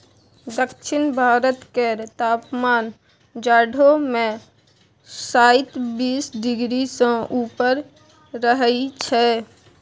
दक्षिण भारत केर तापमान जाढ़ो मे शाइत बीस डिग्री सँ ऊपर रहइ छै